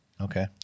okay